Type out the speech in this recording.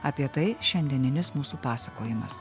apie tai šiandieninis mūsų pasakojimas